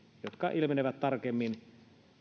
jotka ilmenevät tarkemmin